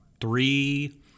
three